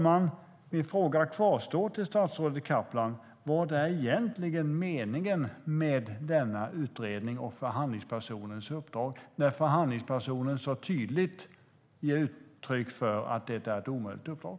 Min fråga till statsrådet Kaplan kvarstår: Vad är egentligen meningen med denna utredning och förhandlingspersonens uppdrag, när förhandlingspersonen så tydligt ger uttryck för att det är ett omöjligt uppdrag?